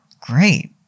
great